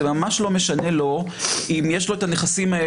ממש לא משנה לו אם יש לו אותם בקפריסין,